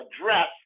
address